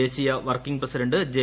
ദേശീയ working president J